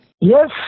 Yes